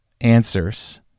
answers